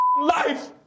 life